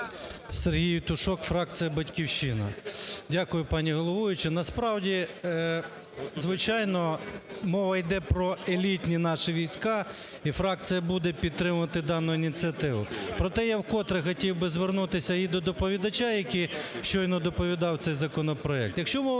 Сергій Євтушок, фракція "Батьківщина". Дякую, пані головуюча. Насправді, звичайно, мова йде про елітні наші війська, і фракція буде підтримувати дану ініціативу. Проте я вкотре хотів би звернутися і до доповідача, який щойно доповідав цей законопроект. Якщо мова